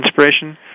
inspiration